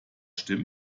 stimmt